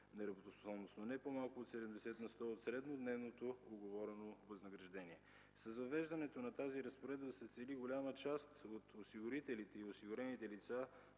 неработоспособност, но не по-малко от 70 на сто от среднодневното уговорено възнаграждение. С въвеждането на тази разпоредба се цели голяма част от осигурителите и осигурените лица